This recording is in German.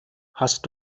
hast